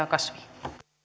arvoisa